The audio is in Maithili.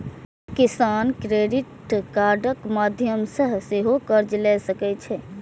किसान क्रेडिट कार्डक माध्यम सं सेहो कर्ज लए सकै छै